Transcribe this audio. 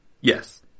Yes